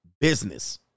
business